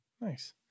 Nice